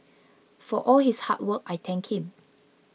for all his hard work I thank him